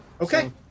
Okay